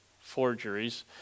forgeries